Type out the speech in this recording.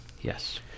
Yes